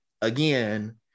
again